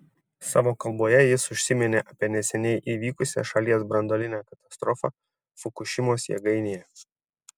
savo kalboje jis užsiminė apie neseniai įvykusią šalies branduolinę katastrofą fukušimos jėgainėje